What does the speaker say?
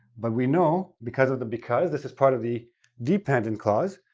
but we know because of the because, this is part of the dependent clause.